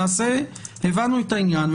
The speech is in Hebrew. הבנו את העניין.